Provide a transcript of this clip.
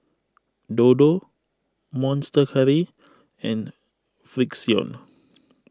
Dodo Monster Curry and Frixion